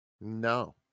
No